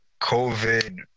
covid